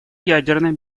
ядерной